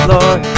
Lord